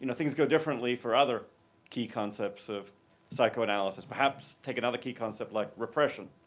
and things go differently for other key concepts of psychoanalysis. perhaps take another key concept like repression.